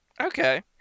Okay